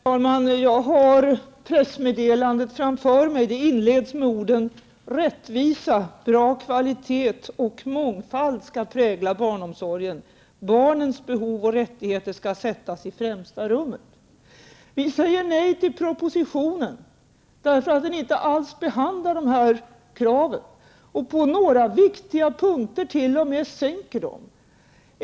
Herr talman! Jag har pressmeddelandet framför mig. Det inleds med orden: ''Rättvisa, bra kvalitet och mångfald skall prägla barnomsorgen. Barnens behov och rättigheter skall sättas i främsta rummet.'' Vi säger nej till propositionen, eftersom den inte alls behandlar dessa krav och på några viktiga punkter t.o.m. sänker dem.